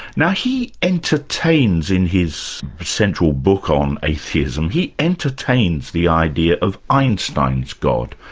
now he entertains in his central book on atheism, he entertains the idea of einstein's god.